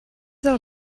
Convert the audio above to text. del